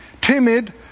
timid